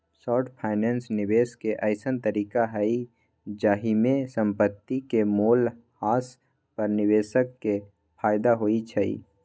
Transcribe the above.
short finance निवेश के अइसँन तरीका हइ जाहिमे संपत्ति के मोल ह्रास पर निवेशक के फयदा होइ छइ